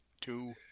two